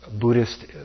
Buddhist